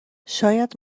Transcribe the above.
شاید